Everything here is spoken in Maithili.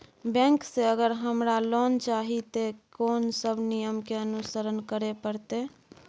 बैंक से अगर हमरा लोन चाही ते कोन सब नियम के अनुसरण करे परतै?